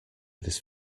this